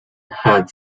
had